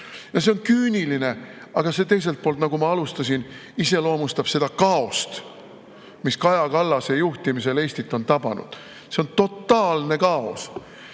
See on küüniline, aga see teiselt poolt, nagu ma alustasin, iseloomustab seda kaost, mis Kaja Kallase juhtimisel Eestit on tabanud. See on totaalne kaos.